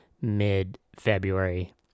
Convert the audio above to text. mid-February